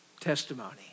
Testimony